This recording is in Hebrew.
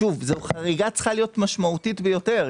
החריגה צריכה להיות משמעותית ביותר,